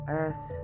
earth